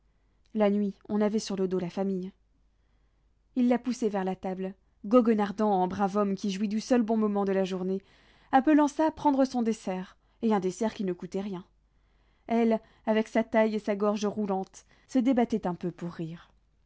la nuit on avait sur le dos la famille il la poussait vers la table goguenardant en brave homme qui jouit du seul bon moment de la journée appelant ça prendre son dessert et un dessert qui ne coûtait rien elle avec sa taille et sa gorge roulantes se débattait un peu pour rire